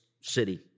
city